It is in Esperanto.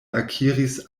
akiris